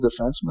defenseman